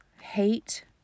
hate